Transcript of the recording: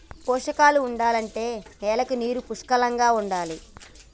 పోషకాలు ఉండాలంటే నేలకి నీరు పుష్కలంగా ఉండాలి